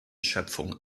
schöpfung